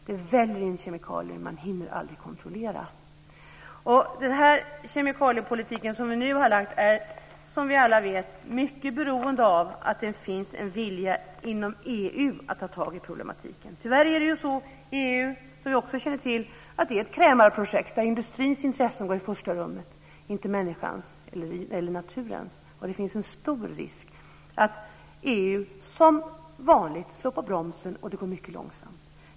Det väller in kemikalier, och man hinner aldrig kontrollera dem. Den kemikaliepolitik som vi nu har lagt fram är som vi alla vet mycket beroende av att det finns en vilja inom EU att ta tag i problematiken. Tyvärr är ju EU, som vi känner till, ett krämarprojekt där industrins intressen går i första rummet - inte människans eller naturens. Det finns en stor risk att EU som vanligt slår till bromsen och att det går mycket långsamt.